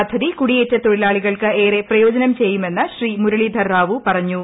പദ്ധതി കൂടിയേറ്റ തൊഴിലാളികൾക്ക് ഏറെ പ്രയോജനം ചെയ്യുമെന്ന് ശ്രീ മുരളീധർ റാവു പറഞ്ഞു